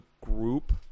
group